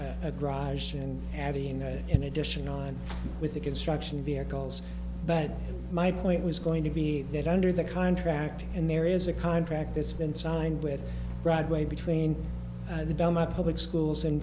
a a garage and adding that in addition on with the construction vehicles but my point was going to be that under the contract and there is a contract that's been signed with broadway between the belmont public schools and